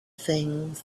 things